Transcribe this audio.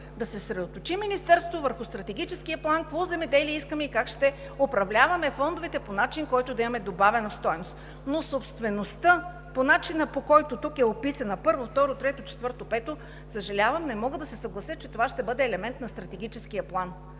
Да се съсредоточи Министерството върху стратегическия план – какво земеделие искаме и как ще управляваме фондовете по начин, при който да имаме добавена стойност, но собствеността по начина, по който тук е описана: първо, второ, трето, четвърто, пето… Съжалявам, не мога да се съглася, че това ще бъде елемент на стратегическия план.